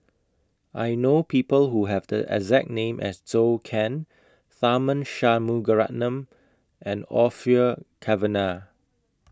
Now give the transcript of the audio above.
I know People Who Have The exact name as Zhou Can Tharman Shanmugaratnam and Orfeur Cavenagh